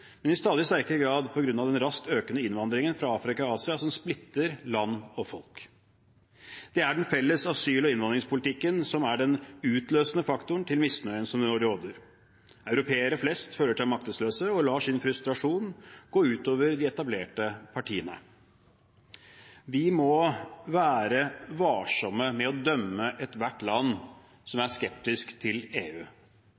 men i stadig sterkere grad på grunn av den raskt økende innvandringen fra Afrika og Asia som splitter land og folk. Det er den felles asyl- og innvandringspolitikken som er den utløsende faktoren til misnøyen som nå råder. Europeere flest føler seg maktesløse og lar sin frustrasjon gå ut over de etablerte partiene. Vi må være varsomme med å dømme ethvert land som